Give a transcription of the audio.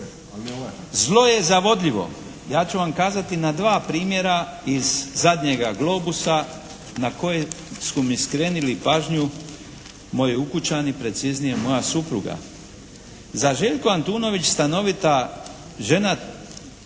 Zlo je zavodljivo. Ja ću vam kazati na dva primjera iz zadnjega "Globusa" na koje su mi skrenuli pažnju moji ukućani, preciznije moja supruga. Za Željku Antunović stanovita žena